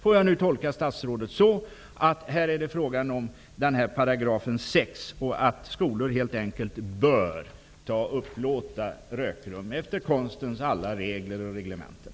Om jag tolkar statsrådet rätt, är det 6 § tobakslagen som det handlar om. Enligt den bör skolor upplåta rökrum efter konstens alla regler och reglementen.